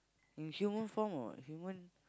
in human form or human